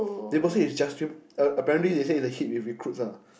they will say is just uh apparently they said it's a hit with recruits ah